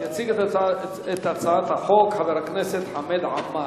יציג את הצעת החוק חבר הכנסת חמד עמאר.